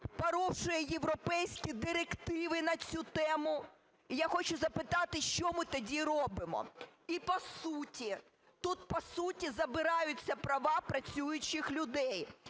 Порушує європейські директиви на цю тему. І я хочу запитати, що ми тоді робимо? І по суті, тут по суті забираються права працюючих людей.